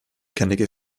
karnickel